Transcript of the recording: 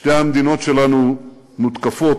שתי המדינות שלנו מותקפות